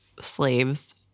slaves